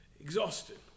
exhausted